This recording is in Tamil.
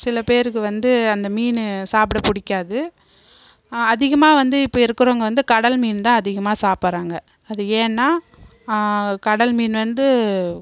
சில பேருக்கு வந்து அந்த மீன் சாப்பிட பிடிக்காது அதிகமாக வந்து இப்போ இருக்குறவங்க வந்து கடல் மீன் அதிகமாக சாப்பிராங்க அது ஏன்னா கடல் மீன் வந்து